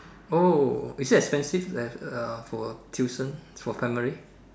oh is it expensive uh for tuition for primary